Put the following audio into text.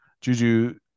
Juju